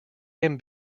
him